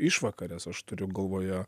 išvakarės aš turiu galvoje